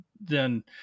then-